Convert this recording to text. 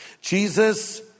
Jesus